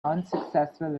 unsuccessful